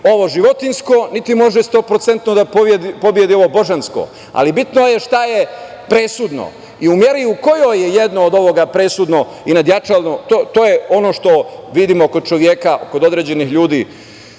ovo životinjsko, niti može stoprocentno da pobedi ovo božansko. Ali, bitno je šta je presudno i u meri u kojoj je jedno od ovoga presudno i nadjačano, to je ono što vidimo kod čoveka, kod određenih ljudi,